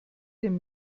dem